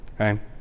okay